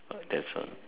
that's all